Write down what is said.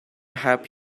help